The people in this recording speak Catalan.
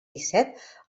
disset